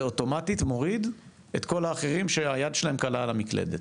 זה אוטומטית מוריד את כל האחרים שהיד שלהם קלה על המקלדת.